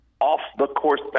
off-the-course